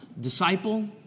Disciple